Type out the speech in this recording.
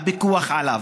הפיקוח עליו.